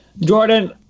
Jordan